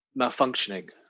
malfunctioning